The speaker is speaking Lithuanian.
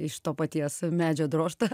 iš to paties medžio drožta